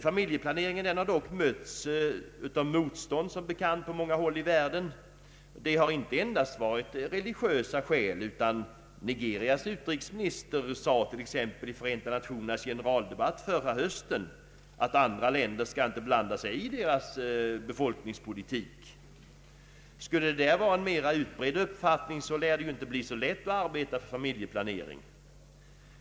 Familjeplaneringen har dock som bekant mötts av motstånd på många håll i världen, Det har inte endast varit religiösa skäl, utan Nigerias utrikesminister sade t.ex. i Förenta nationernas generaldebatt förra hösten att andra länder inte skall blanda sig i landets befolkningspolitik. Skulle detta vara en mera utbredd mening lär det inte bli lätt att arbeta för familjeplanering.